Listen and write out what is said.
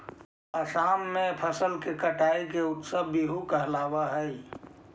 असम में फसल के कटाई के उत्सव बीहू कहलावऽ हइ